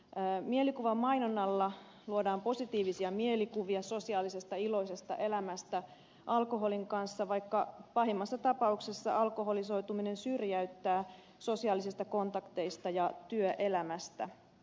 mielikuvamainonnalla luodaan positiivisia mielikuvia sosiaalisesta iloisesta elämästä alkoholin kanssa vaikka pahimmassa tapauksessa alkoholisoituminen syrjäyttää sosiaalisista kontakteista ja työelämästä